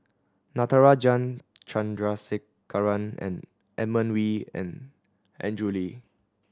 Natarajan Chandrasekaran and Edmund Wee and Andrew Lee